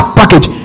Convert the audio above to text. package